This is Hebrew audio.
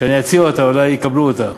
שאני אציע, אולי יקבלו אותה.